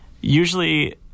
usually